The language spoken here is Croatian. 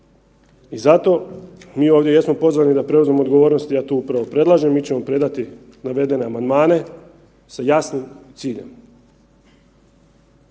I zato mi ovdje jesmo pozvani da preuzmemo odgovornost i ja to upravo predlažem. Mi ćemo predati navedene amandmane sa jasnim ciljem,